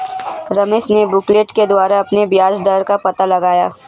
रमेश ने बुकलेट के द्वारा अपने ब्याज दर का पता लगाया